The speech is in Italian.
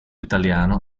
italiano